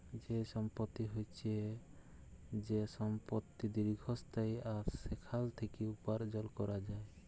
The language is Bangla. যে সম্পত্তি হচ্যে যে সম্পত্তি দীর্ঘস্থায়ী আর সেখাল থেক্যে উপার্জন ক্যরা যায়